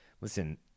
Listen